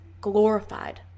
glorified